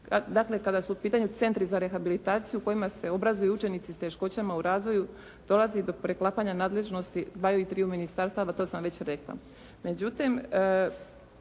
Dakle, kada su u pitanju centri za rehabilitaciju u kojima se obrazuju učenici s teškoćama u razvoju dolazi do preklapanja nadležnosti dvaju i triju ministarstava, to sam već rekla.